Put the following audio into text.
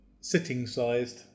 sitting-sized